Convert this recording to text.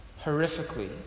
horrifically